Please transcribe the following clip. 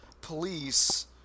police